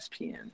ESPN